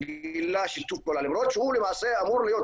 שגילה שיתוף פעולה למרות שהוא למעשה אמור להיות,